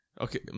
Okay